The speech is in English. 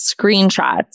screenshots